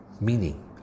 meaning